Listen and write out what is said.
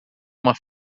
uma